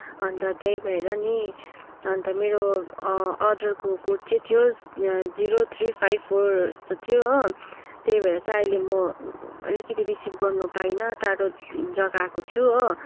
अन्त त्यही भएर नि अन्त मेरो अर्डरको कोड चाहिँ थियो जीरो थ्री फाइभ फोर यस्तो थियो हो त्यही भएर चाहिँ अहिले म अलिकति रिसिभ गर्नु पाइनँ टाढो जग्गा आएको छु हो